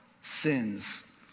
sins